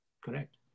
Correct